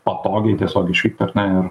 patogiai tiesiog išvykt ar ne ir